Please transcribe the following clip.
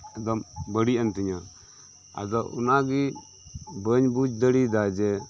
ᱮᱠᱫᱚᱢ ᱵᱟᱹᱲᱤᱡᱼᱮᱱ ᱛᱤᱧᱟᱹ ᱟᱫᱚ ᱚᱱᱟᱜᱤ ᱵᱟᱹᱧ ᱵᱩᱡᱫᱟᱲᱤᱭᱟᱫᱟ ᱡᱮ